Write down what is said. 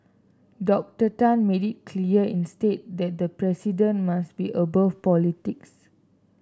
Doctor Tan made it clear instead that the president must be above politics